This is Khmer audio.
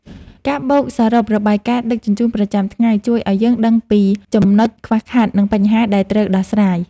ការបូកសរុបរបាយការណ៍ដឹកជញ្ជូនប្រចាំថ្ងៃជួយឱ្យយើងដឹងពីចំណុចខ្វះខាត និងបញ្ហាដែលត្រូវដោះស្រាយ។